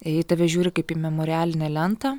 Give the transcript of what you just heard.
jie į tave žiūri kaip į memorialinę lentą